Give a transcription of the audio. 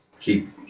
keep